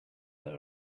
that